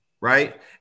right